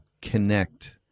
connect